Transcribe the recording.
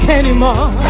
anymore